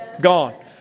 Gone